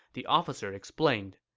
the officer explained,